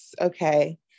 okay